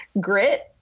grit